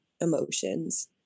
emotions